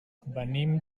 venim